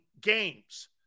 games